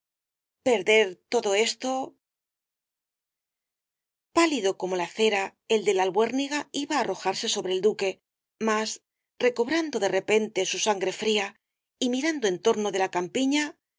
perder todo esto pálido como la cera el de la albuérniga iba á arrojarse sobre el duque mas recobrando de repente su sangre fría y mirando en torno de la campiña